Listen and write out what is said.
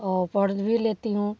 और पढ़ भी लेती हूँ